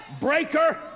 breaker